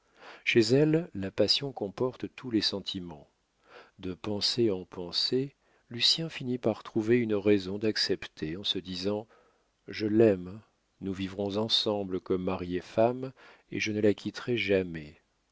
chez elles la passion comporte tous les sentiments de pensée en pensée lucien finit par trouver une raison d'accepter en se disant je l'aime nous vivrons ensemble comme mari et femme et je ne la quitterai jamais